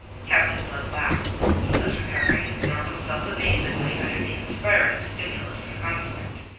captain blood laughed. he was recovering his normal self amazingly under the inspiring stimulus of conflict.